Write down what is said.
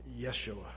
Yeshua